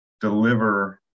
deliver